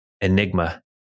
Enigma